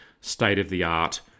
state-of-the-art